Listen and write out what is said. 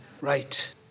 Right